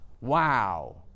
Wow